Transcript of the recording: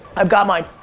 i've got mine.